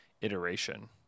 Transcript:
iteration